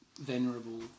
venerable